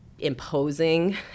imposing